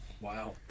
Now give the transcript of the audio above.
wow